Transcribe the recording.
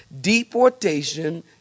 deportation